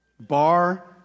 Bar